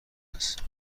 است